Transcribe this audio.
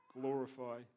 glorify